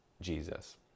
Jesus